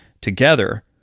Together